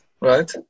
right